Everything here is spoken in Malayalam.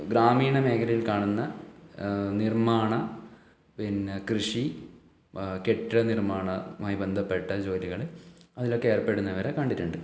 ഗ്രാമീണ മേഖലയിൽ കാണുന്ന നിർമ്മാണം പിന്നെ കൃഷി കെട്ടിട നിർമ്മാണമായി ബന്ധപ്പെട്ട ജോലികൾ അതിലൊക്കെ ഏർപ്പെടുന്നവരെ കണ്ടിട്ടുണ്ട്